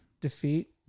defeat